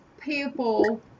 people